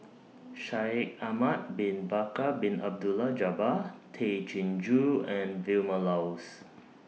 Shaikh Ahmad Bin Bakar Bin Abdullah Jabbar Tay Chin Joo and Vilma Laus